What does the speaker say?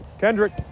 Kendrick